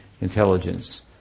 intelligence